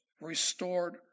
restored